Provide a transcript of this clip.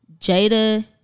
Jada